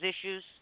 issues